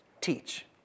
teach